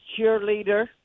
cheerleader